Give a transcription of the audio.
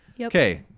okay